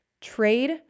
Trade